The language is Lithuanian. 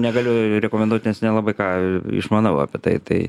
negaliu rekomenduot nes nelabai ką išmanau apie tai tai